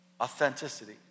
authenticity